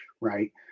right